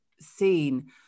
seen